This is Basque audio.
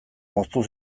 moztu